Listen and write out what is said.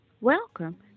Welcome